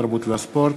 התרבות והספורט.